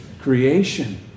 creation